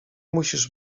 musisz